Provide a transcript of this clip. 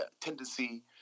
tendency